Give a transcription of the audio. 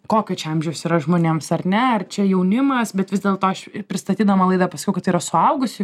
kokio čia amžiaus yra žmonėms ar ne ar čia jaunimas bet vis dėlto aš ir pristatydama laidą pasakiau kad yra suaugusių